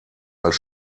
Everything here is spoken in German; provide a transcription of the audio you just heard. als